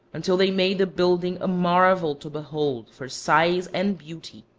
until they made the building a marvel to behold for size and beauty.